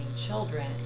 children